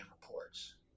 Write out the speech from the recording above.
reports